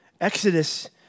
Exodus